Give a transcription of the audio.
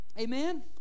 Amen